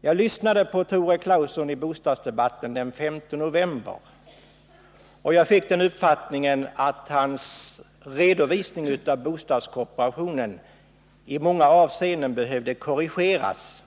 Jag lyssnade på Tore Claeson i bostadsdebatten den 5 november. Jag fick den uppfattningen att hans redovisning av bostadskooperationen i många avseenden behövde korrigeras.